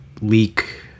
leak